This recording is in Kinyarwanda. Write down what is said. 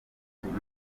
matola